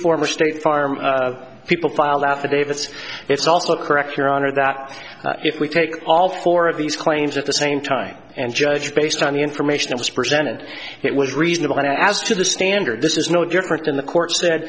former state farm people filed affidavits it's also correct your honor that if we take all four of these claims at the same time and judge based on the information was presented it was reasonable and as to the standard this is no different than the court said